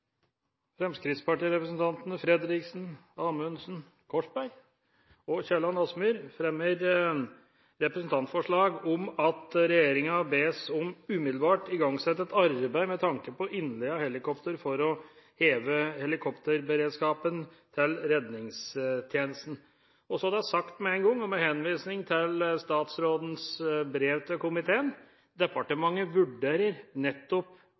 Fremskrittspartirepresentantene Fredriksen, Amundsen, Korsberg og Kielland Asmyhr fremmer representantforslag om at regjeringa bes om umiddelbart å igangsette et arbeid med tanke på innleie av helikoptre for å heve helikopterberedskapen til redningstjenesten. Så det er sagt med en gang, og med henvisning til statsrådens brev til komiteen: Departementet vurderer nettopp